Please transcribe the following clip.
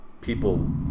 people